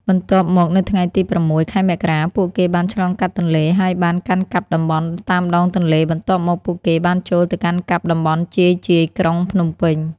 បន្ទាប់មកនៅថ្ងៃទី ០៦ ខែ មករា ពួកគេបានឆ្លងកាត់ទន្លេ ហើយបានកាន់កាប់តំបន់តាមដងទន្លេ បន្ទាប់មកពួកគេបានចូលទៅកាន់កាប់តំបន់ជាយៗក្រុងភ្នំពេញ។